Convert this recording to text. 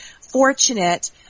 fortunate